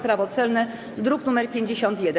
Prawo celne, druk nr 51.